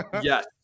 Yes